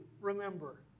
remember